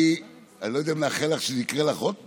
אני לא יודע אם לאחל לך שזה יקרה לך עוד פעם,